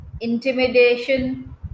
intimidation